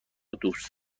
دوست